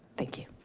thank you.